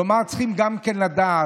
כלומר, צריך גם לדעת